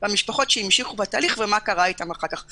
והמשפחות שהמשיכו בתהליך ומה קרה איתן אחר כך.